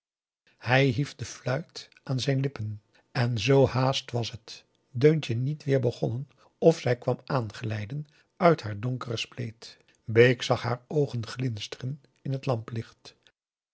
hij hief de fluit aan zijn lippen en zoo haast was het deuntje niet weer begonnen of zij kwam aanglijden uit haar donkere spleet bake zag haar oogen glinsteren in het